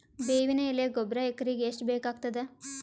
ಬೇವಿನ ಎಲೆ ಗೊಬರಾ ಎಕರೆಗ್ ಎಷ್ಟು ಬೇಕಗತಾದ?